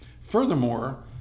Furthermore